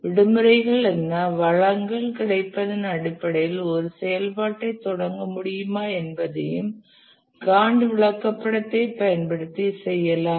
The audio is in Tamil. விடுமுறைகள் என்ன வளங்கள் கிடைப்பதன் அடிப்படையில் ஒரு செயல்பாட்டைத் தொடங்க முடியுமா என்பதையும் காண்ட் விளக்கப்படத்தைப் பயன்படுத்தி செய்யலாம்